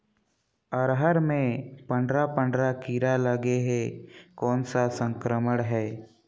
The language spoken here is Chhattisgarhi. अरहर मे पंडरा पंडरा कीरा लगे हे कौन सा संक्रमण हे?